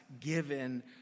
given